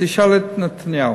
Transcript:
תשאל את נתניהו.